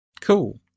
Cool